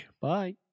Bye